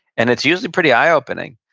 and it's usually pretty eye-opening,